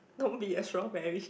don't be a strawberry